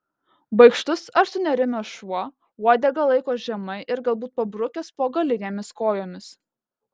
baikštus ar sunerimęs šuo uodegą laiko žemai ir galbūt pabrukęs po galinėmis kojomis